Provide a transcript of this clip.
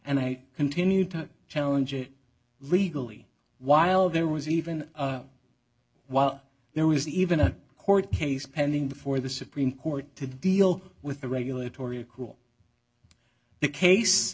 and i continued to challenge it regally while there was even while there was even a court case pending before the supreme court to deal with the regulatory cool the case